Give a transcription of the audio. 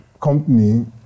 company